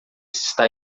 está